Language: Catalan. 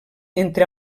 entre